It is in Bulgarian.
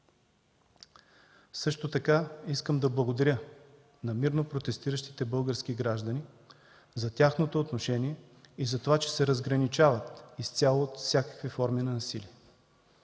Също така искам да благодаря на мирно протестиращите български граждани за тяхното отношение и затова, че се разграничават изцяло от всякакви форми на насилие.